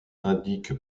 indique